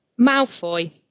Malfoy